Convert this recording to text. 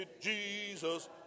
Jesus